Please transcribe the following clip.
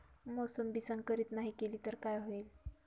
मोसंबी संकरित नाही केली तर काय होईल?